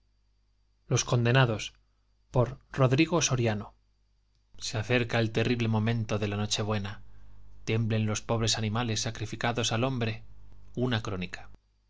yo'lo certifico por rodrigo soriano se acerca el terrible momento de la nochebuena i tiemblen los pobres animales sacrificados al hombre una crónica